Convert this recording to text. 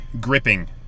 gripping